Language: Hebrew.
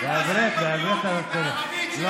שאזרחי ישראל ידעו מי השתלט על המדינה.